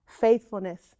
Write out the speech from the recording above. faithfulness